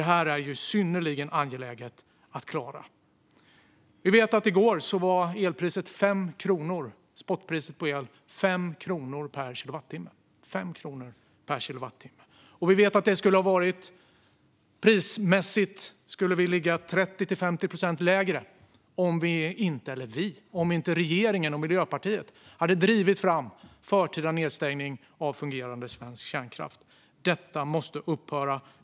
Detta är synnerligen angeläget att klara. Vi vet att spotpriset på el i går var 5 kronor per kilowattimme. Och vi vet att vi prismässigt skulle ha legat 30-50 procent lägre om inte regeringen och Miljöpartiet hade drivit fram förtida nedstängning av fungerande svensk kärnkraft. Detta måste upphöra.